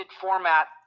format